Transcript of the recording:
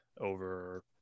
over